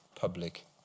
public